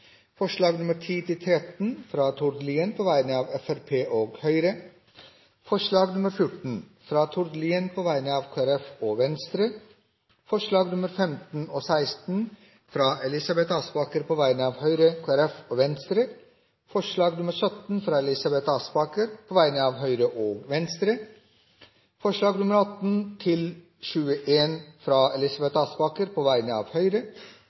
fra Tord Lien på vegne av Fremskrittspartiet og Høyre forslag nr. 14, fra Tord Lien på vegne av Fremskrittspartiet, Kristelig Folkeparti og Venstre forslagene nr. 15 og 16, fra Elisabeth Aspaker på vegne av Høyre, Kristelig Folkeparti og Venstre forslag nr. 17, fra Elisabeth Aspaker på vegne av Høyre og Venstre forslagene nr. 18–21, fra Elisabeth Aspaker på vegne av Høyre forslag nr. 22, fra Dagrun Eriksen på vegne av